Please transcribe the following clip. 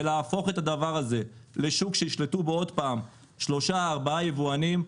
ולהפוך את זה לשוק שעוד פעם ישלטו בו שלושה-ארבעה יבואנים,